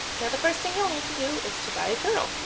now the first thing you'll need to do is to buy a journal.